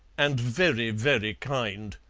and very, very kind,